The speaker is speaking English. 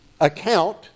account